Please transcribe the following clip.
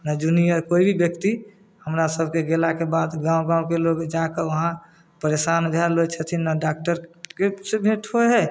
नहि जूनिअर कोइ भी व्यक्ति हमरा सभके गेलाके बाद गाम गामके लोक जाके वहाँ परेशान भेल रहै छथिन नहि डॉक्टरके से भेट होइ हइ